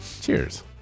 Cheers